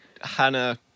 hannah